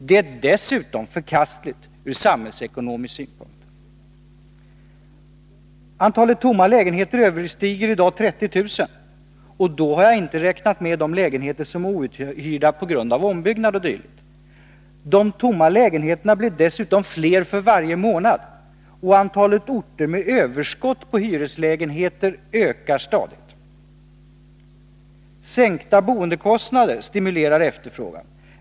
Det är dessutom förkastligt ur samhällsekonomisk synpunkt. Antalet tomma lägenheter överstiger i dag 30 000, och då har jag inte räknat med de lägenheter som är outhyrda på grund av ombyggnad o. d. De tomma lägenheterna blir dessutom fler för varje månad, och antalet orter med överskott på hyreslägenheter ökar stadigt. Sänkta boendekostnader stimulerar efterfrågan.